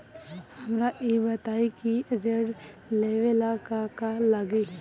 हमरा ई बताई की ऋण लेवे ला का का लागी?